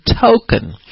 token